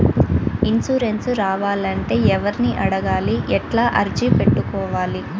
Insurance రావాలంటే ఎవర్ని అడగాలి? ఎట్లా అర్జీ పెట్టుకోవాలి?